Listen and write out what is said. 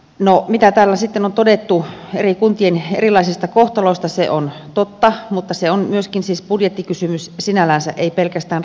no mitä täällä sitten on todettu eri kuntien erilaisista kohtaloista se on totta mutta se on myöskin budjettikysymys sinällänsä ei pelkästään rakennekysymys